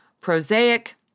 Prosaic